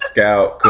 Scout